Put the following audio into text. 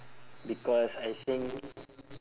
because I think